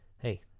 Hey